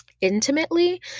intimately